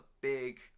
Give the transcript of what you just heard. big